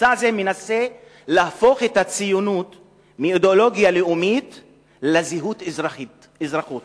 מצע זה מנסה להפוך את הציונות מאידיאולוגיה לאומית לזהות אזרחית,